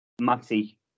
Matty